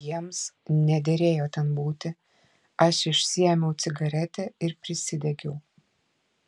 jiems nederėjo ten būti aš išsiėmiau cigaretę ir prisidegiau